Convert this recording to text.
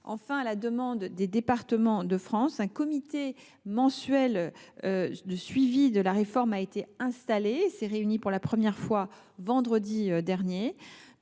Enfin, à la demande de Départements de France, un comité mensuel de suivi de la réforme a été installé. Il s’est réuni pour la première fois vendredi dernier.